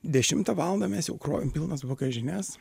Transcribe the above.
dešimtą valandą mes jau krovėm pilnas bagažines